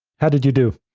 how did you do?